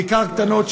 בעיקר קטנות,